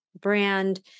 brand